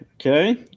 Okay